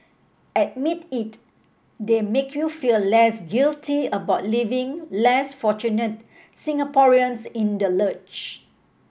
admit it they make you feel less guilty about leaving less fortunate Singaporeans in the lurch